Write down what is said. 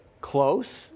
close